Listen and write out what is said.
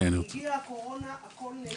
כשהגיעה הקורונה הכול נעצר.